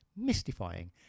mystifying